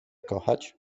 kochać